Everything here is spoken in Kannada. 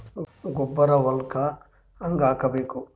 ಗೊಬ್ಬರ ಹೊಲಕ್ಕ ಹಂಗ್ ಹಾಕಬೇಕು?